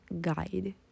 guide